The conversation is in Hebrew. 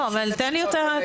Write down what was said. אבל תן לי אותה,